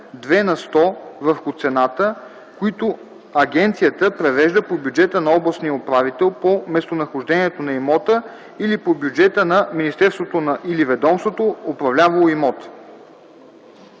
на сто върху цената, които агенцията превежда по бюджета на областния управител по местонахождението на имота или по бюджета на министерството или ведомството, управлявало имота.”